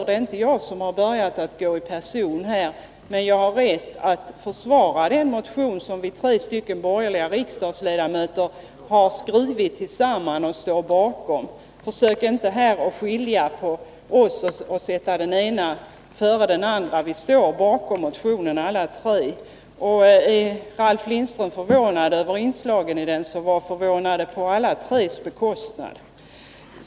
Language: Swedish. Det är inte jag som har börjat med personangreppen, men jag vill försvara den motion som vi tre borgerliga riksdagsledamöter har skrivit tillsammans och står bakom. Försök inte att skilja på oss och sätta den ene före den andre! Vi står bakom motionen alla tre. Om Ralf Lindström är förvånad över inslagen i motionen får han vara det på alla tres bekostnad.